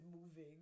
moving